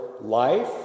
life